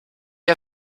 ihr